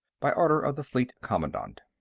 by order of the fleet commandant.